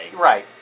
Right